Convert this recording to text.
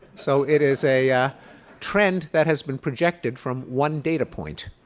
so it is a yeah trend that has been projected from one data point.